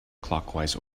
clockwise